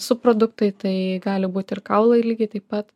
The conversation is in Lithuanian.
subproduktai tai gali būt ir kaulai lygiai taip pat